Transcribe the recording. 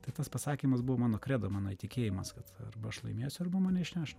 tai tas pasakymas buvo mano kredo mano įtikėjimas kad arba aš laimėsiu arba mane išneš